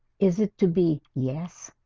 is it to be yes.